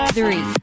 Three